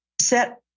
set